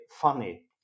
funny